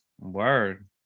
Word